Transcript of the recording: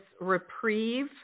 reprieve